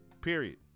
Period